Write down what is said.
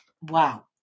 wow